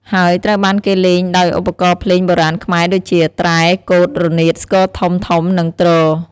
ហើយត្រូវបានគេលេងដោយឧបករណ៍ភ្លេងបុរាណខ្មែរដូចជា ត្រែ កូត រនាត ស្គរធំៗ និងទ្រ។